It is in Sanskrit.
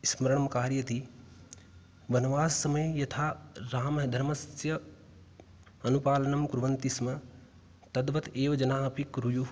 स्मरणं कारयति वनवाससमये यथा राम धर्मस्य अनुपालनं कुर्वन्ति स्म तद्वदेव जना अपि कुर्युः